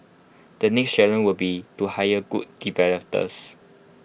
the next challenge would be to hire good developers